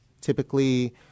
typically